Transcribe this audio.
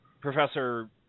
Professor